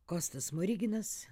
kostas smoriginas